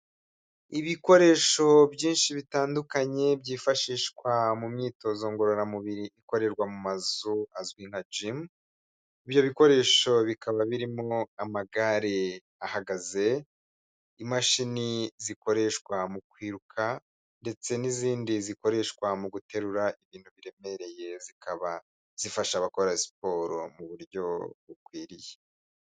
Ibikoresho byinshi bitandukanye byifashishwa mu myitozo ngororamubiri ikorerwa mu mazu azwi nka jimu, ibyo bikoresho bikaba birimo amagare ahagaze, imashini zikoreshwa mu kwiruka ndetse n'izindi zikoreshwa mu guterura ibintu biremereye, zikaba zifasha abakora siporo mu buryo bukwiriye.